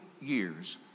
years